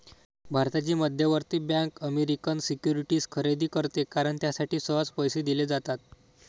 भारताची मध्यवर्ती bank American securities खरेदी करते कारण त्यासाठी सहज पैसे दिले जातात